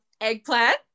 Eggplant